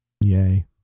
Yay